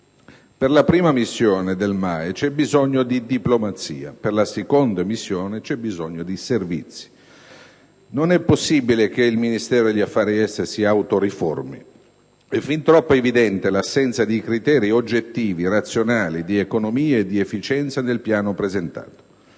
degli affari esteri c'è bisogno di diplomazia; per la seconda missione c'è bisogno di servizi. Non è possibile che il Ministero degli affari esteri si autoriformi; è fin troppo evidente l'assenza di criteri oggettivi e razionali di economia ed efficienza nel piano presentato.